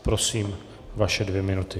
Prosím, vaše dvě minuty.